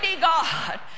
God